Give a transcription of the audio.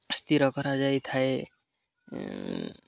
ସ୍ଥିର କରାଯାଇଥାଏ